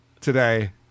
today